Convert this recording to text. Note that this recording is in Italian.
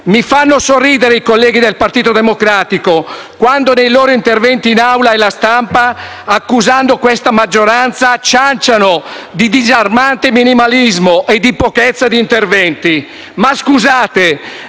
Mi fanno sorridere i colleghi del Partito Democratico quando nei loro interventi in Aula e alla stampa, accusando questa maggioranza, cianciano di disarmante minimalismo e di pochezza di interventi. Ma, scusate: